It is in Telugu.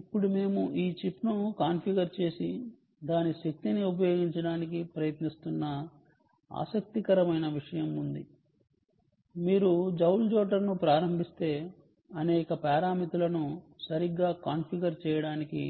ఇప్పుడు మేము ఈ చిప్ను కాన్ఫిగర్ చేసి దాని శక్తిని ఉపయోగించటానికి ప్రయత్నిస్తున్న ఆసక్తికరమైన విషయం ఉంది మీరు జౌల్ జోటర్ను ప్రారంభిస్తే అనేక పారామితులను సరిగ్గా కాన్ఫిగర్ చేయడానికి